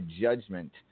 Judgment